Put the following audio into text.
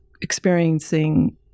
experiencing